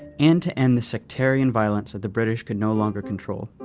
and to end the sectarian violence that the british could no longer control.